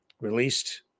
released